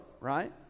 right